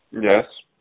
Yes